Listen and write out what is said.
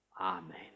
Amen